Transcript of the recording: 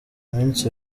minsi